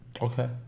Okay